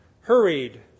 Hurried